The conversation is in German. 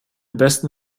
besten